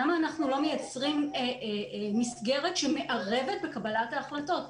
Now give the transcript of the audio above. למה אנחנו לא מייצרים מסגרת שמערבת בקבלת החלטות?